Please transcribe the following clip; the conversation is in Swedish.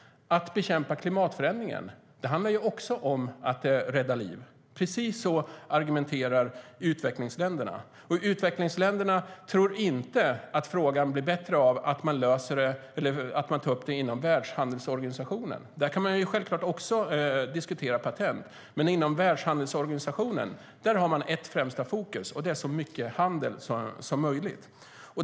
Att bekämpa klimatförändringen handlar också om att rädda liv. Precis så argumenterar utvecklingsländerna, och de tror inte att frågan blir bättre av att man tar upp den inom Världshandelsorganisationen. Där kan man självklart också diskutera patent, men inom Världshandelsorganisationen har man ett främsta fokus, och det är så mycket handel som möjligt.